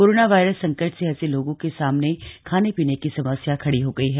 corona virus संकट से ऐसे लोगों के सामने खाने पीने की समस्या खड़ी हो गई है